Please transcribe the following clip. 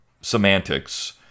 semantics